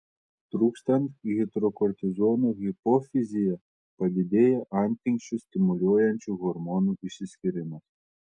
trūkstant hidrokortizono hipofizyje padidėja antinksčius stimuliuojančių hormonų išsiskyrimas